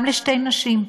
גם לשתי נשים.